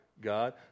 God